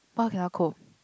why cannot cope